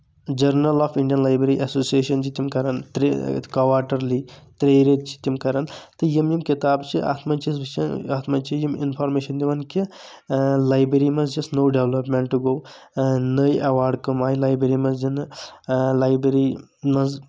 journal of Indian library association چھ تِم کران ترےٚ کواٹرلی ترٛییٚہِ ریٚتہِ چھ تِم کران تہٕ یِم یِم کِتابہٕ چھ اَتھ منٛز چھِ أسۍ وٕچھان اَتھ منٛز چھ یِم اِنفارمیشن دِوان کہ لایبریری منٛز یُس نوٚو ڈیولپمیٚنٹ گوٚو نٔے اٮ۪واڈ کٔم آے لایبریری منٛز دِنہٕ لایبریری منٛز